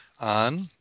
on